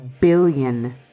billion